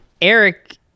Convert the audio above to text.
Eric